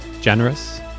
generous